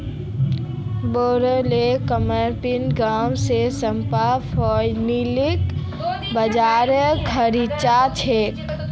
बोरो ला कंपनि गांव स सस्तात फॉक्सटेल बाजरा खरीद छेक